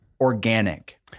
organic